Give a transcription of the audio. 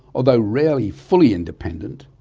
although rarely fully independent,